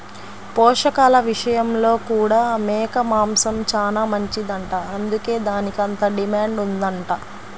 పోషకాల విషయంలో కూడా మేక మాంసం చానా మంచిదంట, అందుకే దానికంత డిమాండ్ ఉందంట